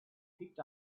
picked